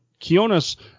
Kionis